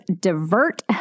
divert